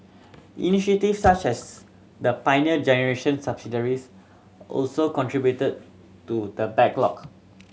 initiatives such as the Pioneer Generation subsidies also contributed to the backlog